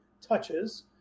touches